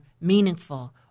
meaningful